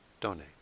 donate